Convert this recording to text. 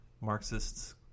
Marxists